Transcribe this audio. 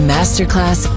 Masterclass